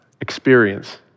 experience